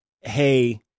Hey